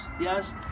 yes